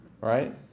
Right